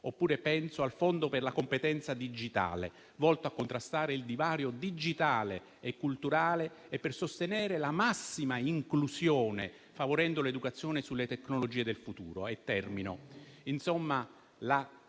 inoltre al fondo per la competenza digitale, volto a contrastare il divario digitale e culturale e per sostenere la massima inclusione, favorendo l'educazione sulle tecnologie del futuro. Insomma